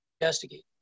investigate